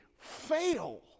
fail